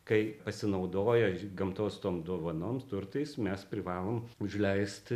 kai pasinaudoja gamtos tom dovanom turtais mes privalom užleisti